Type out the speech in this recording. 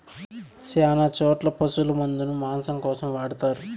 శ్యాన చోట్ల పశుల మందను మాంసం కోసం వాడతారు